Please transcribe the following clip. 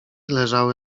leżały